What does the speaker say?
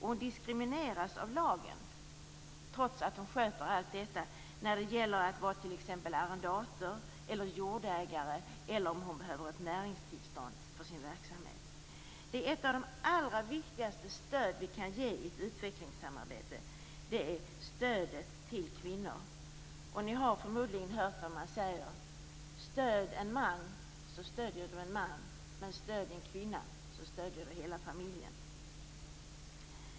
Hon diskrimineras av lagen, trots att hon sköter allt detta, när det gäller att t.ex. vara arrendator eller jordägare eller om hon behöver ett näringstillstånd för sin verksamhet. Ett av de allra viktigaste stöd vi kan ge i ett utvecklingssamarbete är stödet till kvinnor. Ni har förmodligen hört att man säger: Stöd en man så stöder du en man, men stöd en kvinna så stöder du hela familjen.